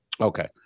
Okay